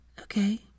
Okay